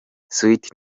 sweety